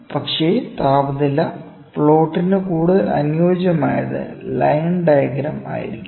പക്ഷേ താപനില പ്ലോട്ടിന് കൂടുതൽ അനുയോജ്യമായത് ലൈൻ ഡയഗ്രം ആയിരിക്കും